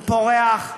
הוא פורח,